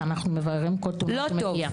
ואנחנו מבררים כל תלונה שמגיעה.